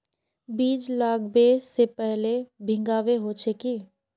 बीज लागबे से पहले भींगावे होचे की?